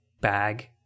bag